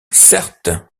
certes